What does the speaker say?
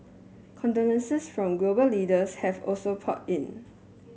condolences from global leaders have also poured in